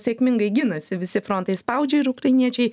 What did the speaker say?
sėkmingai ginasi visi frontai spaudžia ir ukrainiečiai